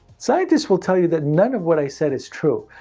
scientists will tell you that none of what i said is true,